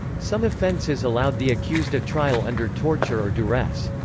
some offenses allowed the accused a trial under torture or duress.